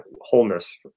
wholeness